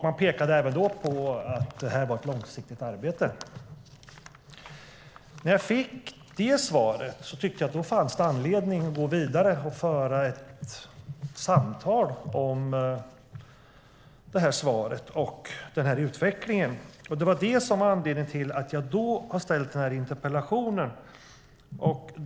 Man pekade även då på att detta var ett långsiktigt arbete. När jag fick detta svar tyckte jag att det fanns anledning att gå vidare och föra ett samtal om detta svar och denna utveckling. Det var anledningen till att jag ställde denna interpellation.